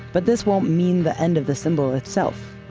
but this won't mean the end of the symbol itself.